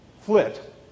flit